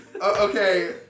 okay